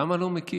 למה לא מכיר?